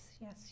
yes